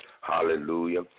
hallelujah